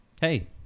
Hey